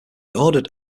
ordered